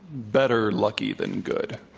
better lucky than good.